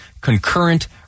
Concurrent